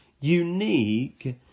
unique